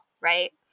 right